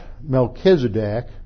Melchizedek